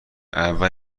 اول